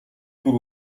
бүр